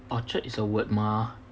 orchard is a word mah